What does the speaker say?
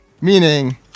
meaning